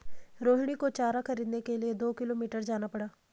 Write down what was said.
रोहिणी को चारा खरीदने के लिए दो किलोमीटर जाना पड़ा